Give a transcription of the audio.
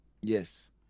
Yes